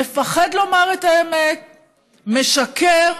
הוא מפחד לומר את האמת, משקר,